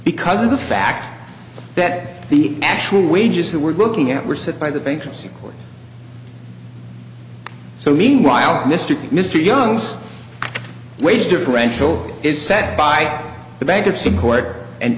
because of the fact that the actual wages that we're looking at were set by the bankruptcy court so meanwhile mr mr young's wage differential is set by the bankruptcy court and